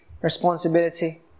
responsibility